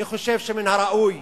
אני חושב שמן הראוי